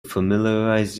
familiarize